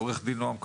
עו"ד נועם קפון,